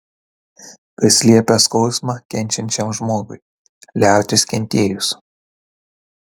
kas liepia skausmą kenčiančiam žmogui liautis kentėjus